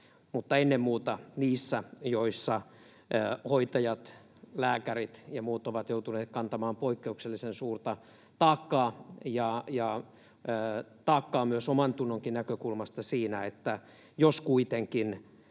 mutta ennen muuta niissä, joissa hoitajat, lääkärit ja muut ovat joutuneet kantamaan poikkeuksellisen suurta taakkaa ja taakkaa myös omantunnon näkökulmasta siinä, että jos kuitenkin